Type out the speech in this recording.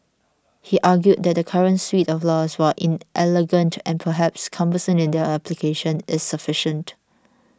he argued that the current suite of laws while inelegant and perhaps cumbersome in their application is sufficient